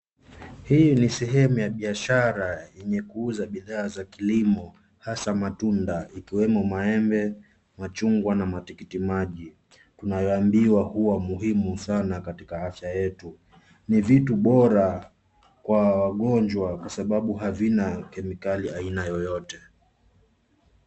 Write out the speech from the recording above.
Hii ni sehemu ya biashara yenye kuuza bidhaa za kilimo hasa matunda ikiwemo maembe, machungwa na matikitimaji tunayoambiwa kua muhimu sana katika afya yetu ni vitu bora kwa wagonjwa kwa sababu havina kemikali aina yoyote.